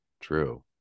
True